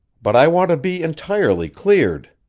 but i want to be entirely cleared.